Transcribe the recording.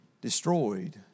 destroyed